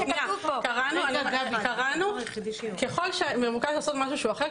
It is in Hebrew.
ככל שמבוקש לעשות משהו אחר,